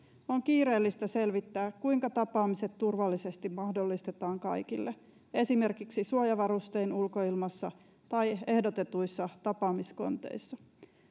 on kiireellistä selvittää kuinka tapaamiset turvallisesti mahdollistetaan kaikille esimerkiksi suojavarustein ulkoilmassa tai ehdotetuissa tapaamiskonteissa